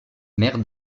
maire